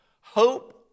Hope